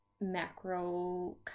macro